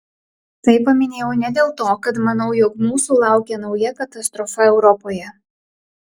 tai paminėjau ne dėl to kad manau jog mūsų laukia nauja katastrofa europoje